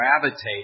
gravitate